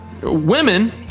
women